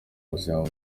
ubuzima